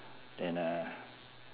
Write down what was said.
then uh